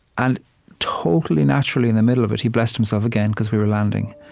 and totally naturally, in the middle of it, he blessed himself again, because we were landing.